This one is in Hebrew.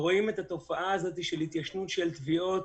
ורואים את התופעה הזאת של התיישנות של תביעות